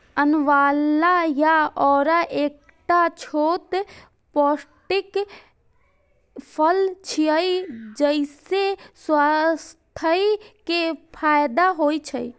आंवला या औरा एकटा छोट पौष्टिक फल छियै, जइसे स्वास्थ्य के फायदा होइ छै